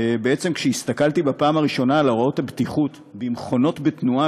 בעצם כשהסתכלתי בפעם הראשונה על הוראות הבטיחות במכונות בתנועה,